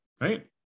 right